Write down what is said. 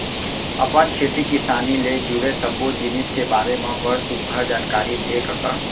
अपन खेती किसानी ले जुड़े सब्बो जिनिस के बारे म बड़ सुग्घर जानकारी दिए कका